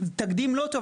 תקדים לא טוב.